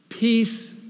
Peace